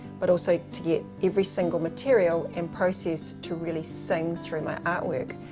but also to get every single material and process to really sing through my art work.